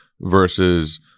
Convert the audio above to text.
versus